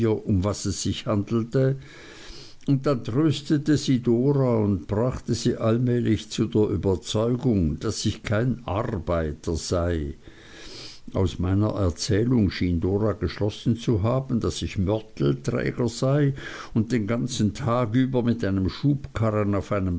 um was es sich handelte dann tröstete sie dora und brachte sie allmählich zu der überzeugung daß ich kein arbeiter sei aus meiner erzählung schien dora geschlossen zu haben daß ich mörtelträger sei und den ganzen tag über mit einem schubkarren auf einem